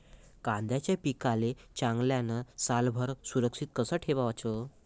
कांद्याच्या पिकाले चांगल्यानं सालभर सुरक्षित कस ठेवाचं?